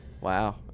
Wow